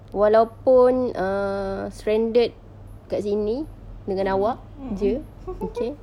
walaupun uh stranded dekat sini dengan awak saja okay